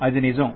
అది నిజం